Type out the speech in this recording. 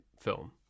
film